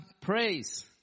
praise